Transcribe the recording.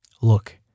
Look